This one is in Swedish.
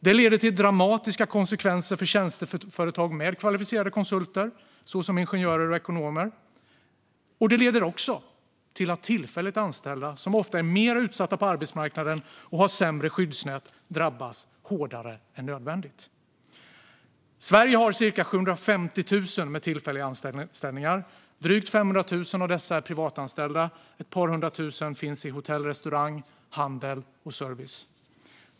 Det leder till dramatiska konsekvenser för tjänsteföretag med kvalificerade konsulter såsom ingenjörer och ekonomer. Det leder också till att tillfälligt anställda, som ofta är mer utsatta på arbetsmarknaden och har sämre skyddsnät, drabbas hårdare än nödvändigt. I Sverige har ca 750 000 personer tillfälliga anställningar. Drygt 500 000 av dem är privatanställda och ett par hundra tusen av dem finns i hotell, restaurang, handel och service.